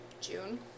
June